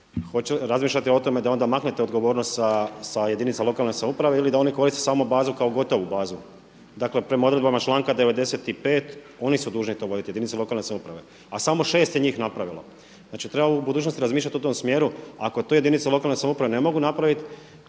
razmišljate li o tome da onda maknete odgovornost sa jedinica lokalne samouprave ili da oni koriste samo bazu kao gotovu bazu. Dakle, prema odredbama članka 95. oni su dužni to voditi, jedinice lokalne samouprave, a samo šest je njih napravilo. Znači, treba u budućnosti razmišljati u tom smjeru. Ako to jedinice lokalne samouprave ne mogu napraviti,